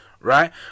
right